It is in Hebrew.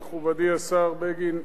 מכובדי השר בגין,